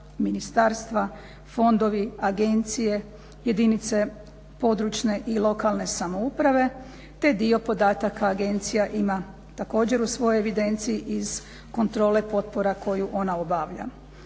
ministarstva, fondovi, agencije, jedinice područne i lokalne samouprave te dio podataka agencija ima također u svojoj evidenciji iz kontrole potpora koja ona obavlja.